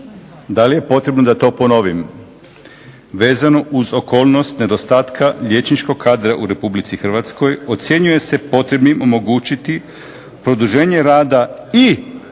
da li je potrebno da to ponovim, vezano uz okolnost nedostatka liječničkog kadra u Republici Hrvatskoj ocjenjuje se potrebnim omogućiti produženje rada i